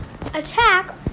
attack